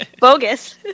Bogus